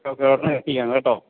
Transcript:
okay ഉടനെ എത്തിക്കാം കേട്ടോ